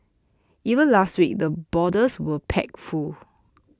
even last week the borders were packed full